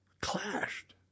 clashed